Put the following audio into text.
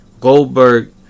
Goldberg